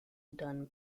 done